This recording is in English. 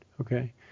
okay